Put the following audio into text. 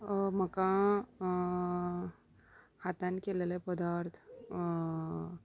म्हाका हातान केल्लेले पदार्थ